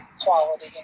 quality